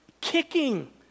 Kicking